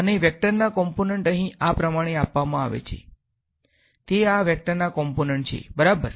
અને વેક્ટરના કોમ્પોનંટ અહીં આ પ્રમાણે આપવામાં આવે છે તે આ વેક્ટરના કોમ્પોનંટ છે બરાબર